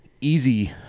easy